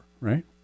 right